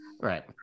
Right